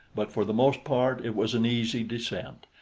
but for the most part it was an easy descent,